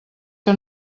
que